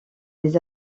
des